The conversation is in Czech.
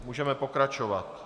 Můžeme pokračovat.